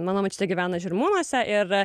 mano močiutė gyvena žirmūnuose ir